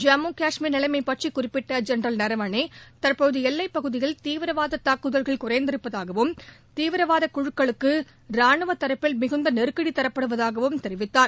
ஜம்மு காஷ்மீர் நிலைமை பற்றி குறிப்பிட்ட ஜெனரல் நரவணே தற்போது எல்லைப் பகுதியில் தீவிரவாத தாக்குதல்கள் குறைந்திருப்பதாகவும் தீவிரவாத குழுக்களுக்கு ரானுவ தரப்பில் மிகுந்த நெருக்கடி தரப்படுவதாகவும் தெரிவித்தார்